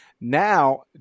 Now